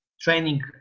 training